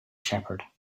shepherd